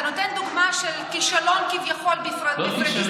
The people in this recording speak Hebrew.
אתה נותן דוגמה של כישלון כביכול בפוריידיס,